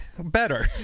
better